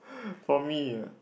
for me ah